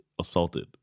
assaulted